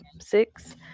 six